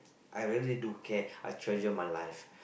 I really do care I treasure my life